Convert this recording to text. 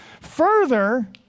Further